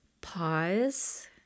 Pause